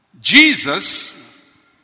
Jesus